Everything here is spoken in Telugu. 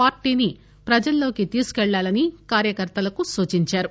పార్టీని ప్రజల్లోకి తీసుకుపెళ్లాలని కార్యకర్తలకు సూచించారు